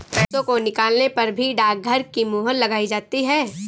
पैसों को निकालने पर भी डाकघर की मोहर लगाई जाती है